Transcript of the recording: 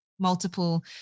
multiple